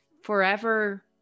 forever